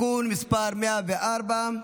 (תיקון מס' 104),